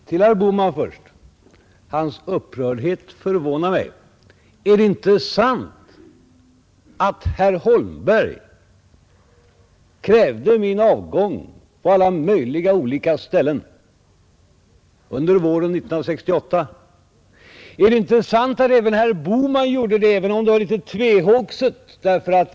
Fru talman! Till herr Bohman först! Hans upprördhet förvånar mig. Är det inte sant att herr Holmberg på alla möjliga olika ställen under våren 1968 krävde min avgång? Är det inte sant att också herr Bohman gjorde det, även om det var litet mera tvehågset.